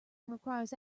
requires